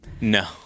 No